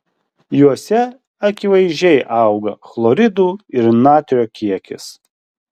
juose akivaizdžiai auga chloridų ir natrio kiekis